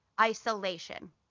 isolation